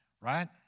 Right